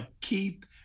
keep